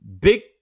Big